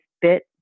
bit